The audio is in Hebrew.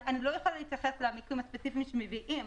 אני לא יכולה להתייחס למיקומים הספציפיים שהביאו פה,